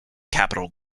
capital